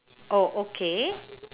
oh okay